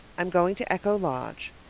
i'm going to echo lodge.